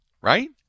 right